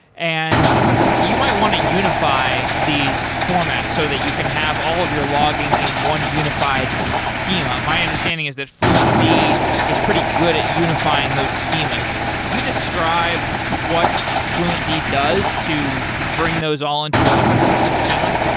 and you might want to unify these formats so that you can have all of your logging in one unified schema. my understanding is that fluentd is pretty good at unifying those schemas. can you describe what fluentd does to bring those all into a consistent schema?